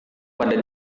pada